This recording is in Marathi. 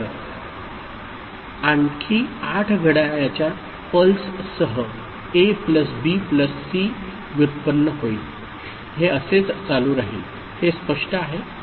तर आणखी 8 घड्याळाच्या पल्ससह A plus B plus C व्युत्पन्न होईल हे असेच चालू राहील हे स्पष्ट आहे